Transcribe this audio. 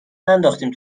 ننداختیم